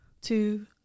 two